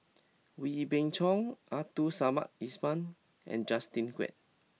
Wee Beng Chong Abdul Samad Ismail and Justin Quek